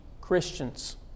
Christians